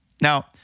Now